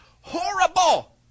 horrible